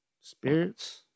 spirits